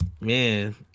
man